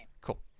Cool